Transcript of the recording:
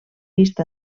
vist